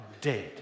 Dead